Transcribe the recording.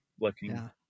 looking